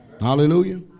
Hallelujah